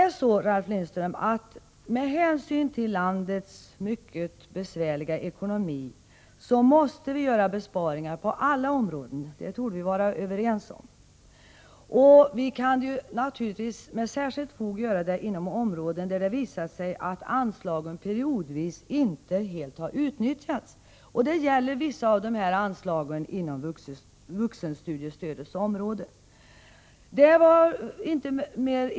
Ralf Lindström! Med hänsyn till landets mycket besvärliga ekonomi måste vi göra besparingar på alla områden. Därom torde vi vara överens. Naturligtvis kan vi göra besparingar särskilt inom områden där det visar sig att anslagen periodvis inte har utnyttjats helt. Detta gäller vissa av anslagen på vuxenstudiestödets område.